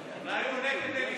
אולי הוא עולה כדי להתנצל.